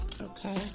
Okay